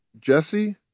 Jesse